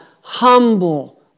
humble